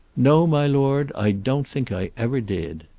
no, my lord i don't think i ever did.